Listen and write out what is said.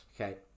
Okay